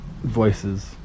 voices